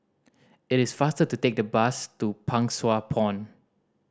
it is faster to take the bus to Pang Sua Pond